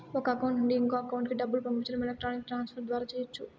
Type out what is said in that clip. ఒక అకౌంట్ నుండి ఇంకో అకౌంట్ కి డబ్బులు పంపించడం ఎలక్ట్రానిక్ ట్రాన్స్ ఫర్ ద్వారా చెయ్యచ్చు